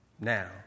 Now